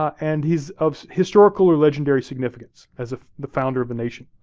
and he's of historical or legendary significance as ah the founder of a nation.